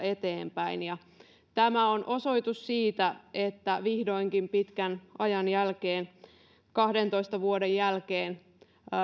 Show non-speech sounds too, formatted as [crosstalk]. [unintelligible] eteenpäin tämä on osoitus siitä että vihdoinkin pitkän ajan kahdentoista vuoden jälkeen